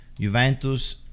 Juventus